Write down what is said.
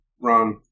run